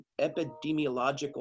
epidemiological